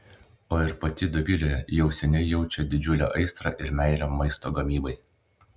o ir pati dovilė jau seniai jaučia didžiulę aistrą ir meilę maisto gamybai